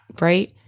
right